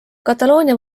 kataloonia